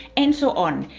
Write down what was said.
and so on.